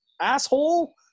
asshole